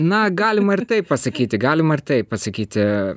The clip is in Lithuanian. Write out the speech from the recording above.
na galima ir taip pasakyti galima ir taip pasakyti